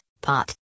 pot